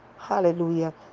hallelujah